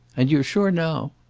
and you're sure now?